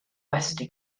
westy